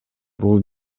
бул